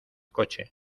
coche